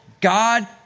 God